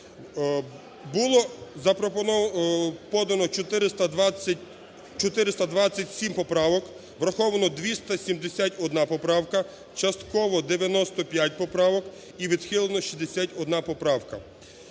Було подано 427 поправок, враховано 271 поправка, частково 95 поправок і відхилено 61 поправка.